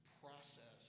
process